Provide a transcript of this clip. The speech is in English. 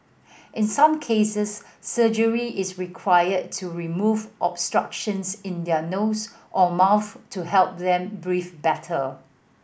in some cases surgery is required to remove obstructions in their nose or mouth to help them breathe better